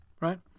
right